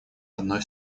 одной